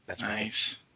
nice